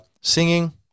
singing